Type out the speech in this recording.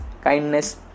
kindness